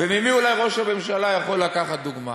וממי אולי ראש הממשלה יכול לקחת דוגמה.